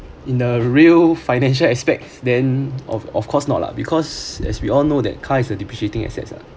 in a real financial aspect then of of course not lah because as we all know that car is depreciating asset ah